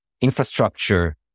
infrastructure